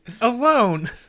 Alone